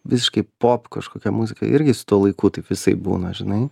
visiškai pop kažkokia muzika irgi tuo laiku taip visaip būna žinai